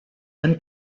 and